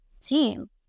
team